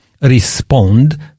respond